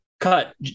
cut